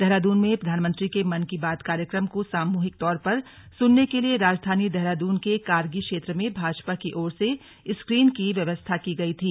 देहरादून में प्रधानमंत्री के मन की बात कार्यक्रम को सामूहिक तौर पर सुनने के लिए राजधानी देहरादून के कारगी क्षेत्र में भाजपा की ओर से स्क्रीन की व्यवस्था की गई थी